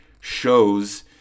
shows